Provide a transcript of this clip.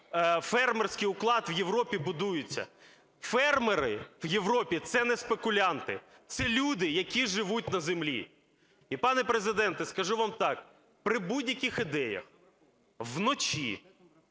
фермерський уклад в Європі будується. Фермери в Європі – це не спекулянти, це люди, які живуть на землі. І, пане Президенте, скажу вам так, при будь-яких ідеях вночі